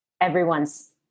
everyone's